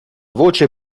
voce